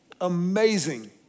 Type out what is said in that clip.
amazing